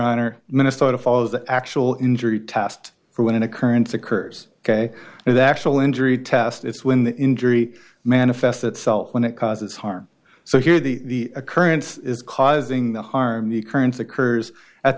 honor minnesota follows the actual injury test for when an occurrence occurs ok and that actual injury test it's when the injury manifests itself when it causes harm so here the occurrence is causing the harm the occurrence occurs at